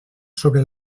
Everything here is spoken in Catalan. sobre